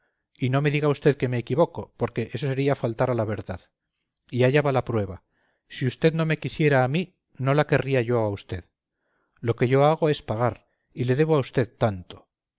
y no me diga usted que me equivoco porque eso sería faltar a la verdad y allá va la prueba si usted no me quisiera a mí no la querría yo a usted lo que yo hago es pagar y le debo a usted tanto